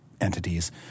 entities